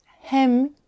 Hem